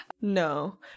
no